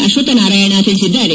ಅಶ್ವತ್ವನಾರಾಯಣ ತಿಳಿಸಿದ್ದಾರೆ